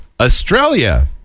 Australia